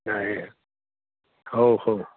ଆଜ୍ଞା ହଉ ହଉ